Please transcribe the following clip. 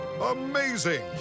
Amazing